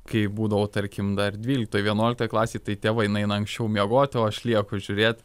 kai būdavau tarkim dar dvyliktoj vienuoliktoj klasėj tai tėvai nueina anksčiau miegoti o aš lieku žiūrėt